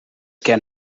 can